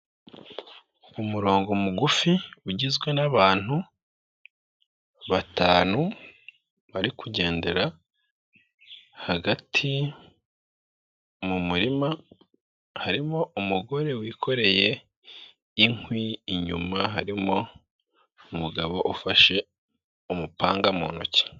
Umurongo mugufi ugizwe n'abantu batanu bari kugendera hagati mu murima, harimo umugore wikoreye inkwi, inyuma harimo umugabo ufashe umupanga mu ntoki.